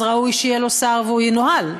אז ראוי שיהיה לו שר והוא ינוהל.